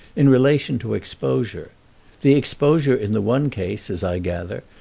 in relation to exposure the exposure in the one case, as i gather,